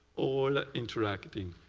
all interacting.